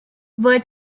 were